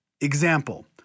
Example